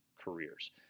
careers